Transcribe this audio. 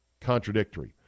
contradictory